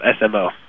SMO